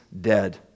dead